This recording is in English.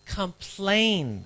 complain